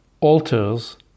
alters